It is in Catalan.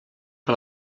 que